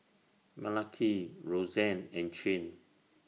Malaki Roxanne and Chin